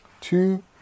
Two